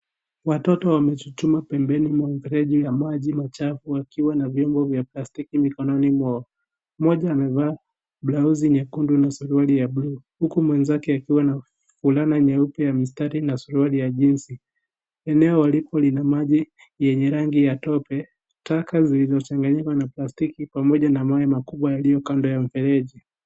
Watoto wamechutuma pembeni mwa mfereji ya maji machafu wakiwa na vyombo vya plastiki mikononi mwao. Mmoja amevaa blauzi nyekundu na suruali ya bluu huku mwenzake akiwa na fulana nyeupe ya mistari na suruali ya jeans . Eneo lipo lina maji yenye rangi ya tope, taka zilizochanganyikwa na plastiki pamoja na mawe makubwa yaliyo kando ya mfereji